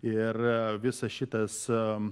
ir visas šitas